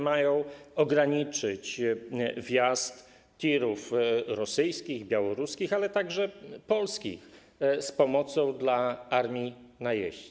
Mają one ograniczyć wjazd tirów rosyjskich, białoruskich, ale także polskich z pomocą dla armii najeźdźcy.